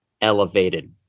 elevated